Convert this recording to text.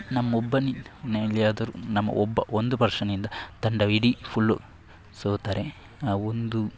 ನಮ್ಮ ಒಬ್ಬನಿಂದ ಎಲ್ಲಿಯಾದರು ನಮ್ಮ ಒಬ್ಬ ಒಂದು ಪರ್ಷನಿಂದ ತಂಡವಿಡೀ ಫುಲ್ಲು ಸೋತರೆ ಆ ಒಂದು